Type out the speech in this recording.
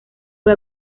fue